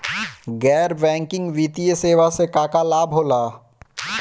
गैर बैंकिंग वित्तीय सेवाएं से का का लाभ होला?